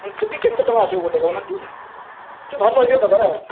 ହୁଁ ଫିରବି କେତେ ଟଙ୍କା ଆସିବ ଗୋଟେ କହୁନାହାନ୍ତି ଟିକେ ଭଲ ହେଇଥିବା ଦରକାର ଆଉ